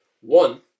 One